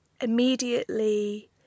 immediately